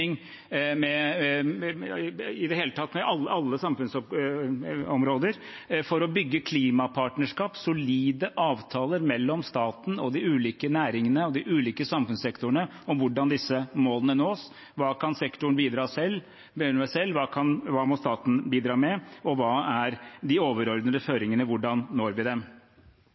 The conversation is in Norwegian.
med energiforsyning – i det hele tatt med alle samfunnsområder – for å bygge klimapartnerskap, solide avtaler mellom staten og de ulike næringene og de ulike samfunnssektorene om hvordan disse målene nås, hva sektoren kan bidra med selv, hva staten må bidra med, og hva som er de overordnede føringene, og hvordan vi når dem.